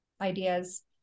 ideas